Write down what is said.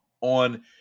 on